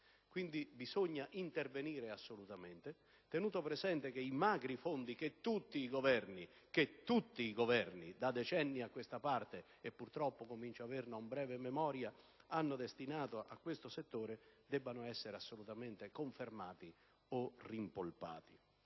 quindi intervenire assolutamente, tenuto presente che i magri fondi che tutti i Governi (sottolineo tutti), da decenni a questa parte - e purtroppo comincio ad averne non breve memoria - hanno destinato a questo settore, debbano essere assolutamente confermati o rimpolpati.